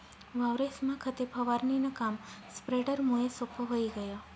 वावरेस्मा खते फवारणीनं काम स्प्रेडरमुये सोप्पं व्हयी गय